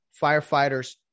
firefighters